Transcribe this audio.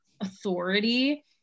authority